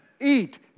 Eat